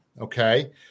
okay